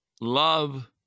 love